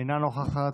אינה נוכחת.